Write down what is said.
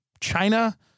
China